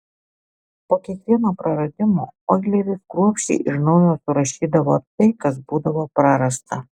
po kiekvieno praradimo oileris kruopščiai iš naujo surašydavo tai kas būdavo prarasta